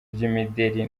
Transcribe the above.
by’imideli